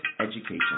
education